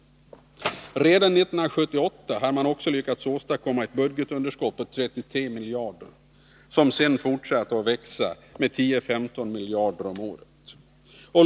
Redan 1978 hade man också lyckats åstadkomma ett budgetunderskott på 33 miljarder, som sedan fortsatte att växa med 10-15 miljarder om året.